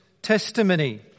testimony